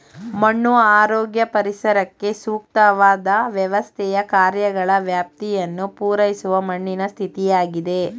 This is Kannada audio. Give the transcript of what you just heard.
ಮಣ್ಣು ಆರೋಗ್ಯ ಪರಿಸರಕ್ಕೆ ಸೂಕ್ತವಾದ್ ವ್ಯವಸ್ಥೆಯ ಕಾರ್ಯಗಳ ವ್ಯಾಪ್ತಿಯನ್ನು ಪೂರೈಸುವ ಮಣ್ಣಿನ ಸ್ಥಿತಿಯಾಗಿದೆ